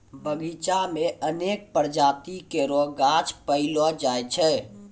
बगीचा म अनेक प्रजाति केरो गाछ पैलो जाय छै